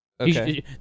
Okay